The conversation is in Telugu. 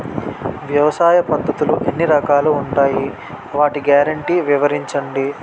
వ్యవసాయ పద్ధతులు ఎన్ని రకాలు ఉంటాయి? వాటి గ్యారంటీ వివరించండి?